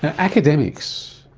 and academics,